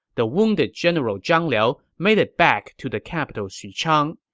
the wounded general zhang liao made it back to the capital xuchang,